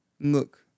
look